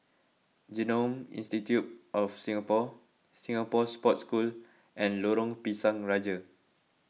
Genome Institute of Singapore Singapore Sports School and Lorong Pisang Raja